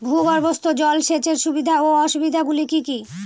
ভূগর্ভস্থ জল সেচের সুবিধা ও অসুবিধা গুলি কি কি?